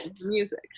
music